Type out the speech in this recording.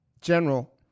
General